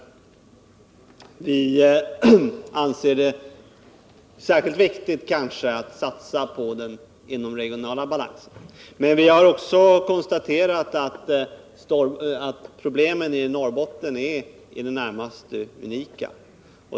Vi anser det vara särskilt viktigt att satsa på den inomregionala balansen. Men vi har också konstaterat att problemen i Norrbotten är i det närmaste unika.